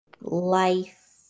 life